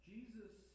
Jesus